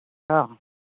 ᱦᱮᱸ ᱦᱮᱸ